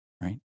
right